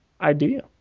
idea